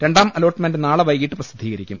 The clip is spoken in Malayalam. രണ്ടാം അലോട്ട്മെന്റ് നാളെ വൈകിട്ട് പ്രസിദ്ധീകരിക്കും